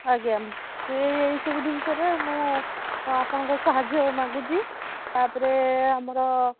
ଆଜ୍ଞା ସେ ଏଇସବୁ ଜିନିଷରେ ମୁଁ ଆପଣଙ୍କ ସାହାଯ୍ୟ ମାଗୁଛି ତାପରେ ଆମର